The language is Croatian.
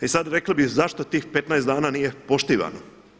I sad, rekli bi zašto tih 15 dana nije poštivano.